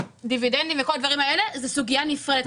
דיבידנדים וכל הדברים האלה זה סוגיה נפרדת.